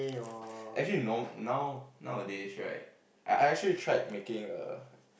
actually no now nowadays right I actually tried making a